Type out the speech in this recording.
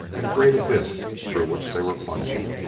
and a great abyss through which they were plunging.